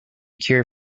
cure